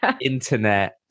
internet